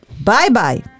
Bye-bye